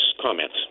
comments